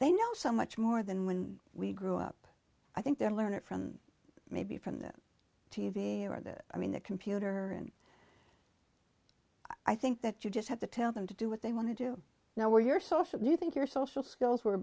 they know so much more than when we grew up i think they're learned from maybe from that t v or that i mean the computer and i think that you just have to tell them to do what they want to do now where you're social do you think your social skills were